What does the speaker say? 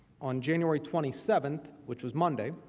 on january twenty seven, which was monday,